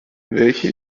welche